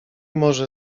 może